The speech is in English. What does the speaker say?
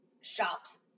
shops